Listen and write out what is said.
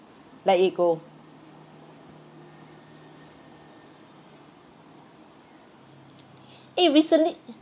let it go eh recently